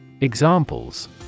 Examples